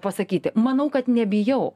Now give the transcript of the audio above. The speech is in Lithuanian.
pasakyti manau kad nebijau